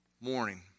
morning